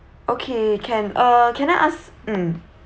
okay can uh can I ask mm